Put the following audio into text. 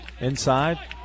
Inside